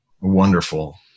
wonderful